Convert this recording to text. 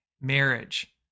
marriage